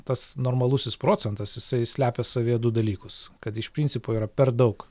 tas normalusis procentas jisai slepia savyje du dalykus kad iš principo yra per daug